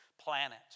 planet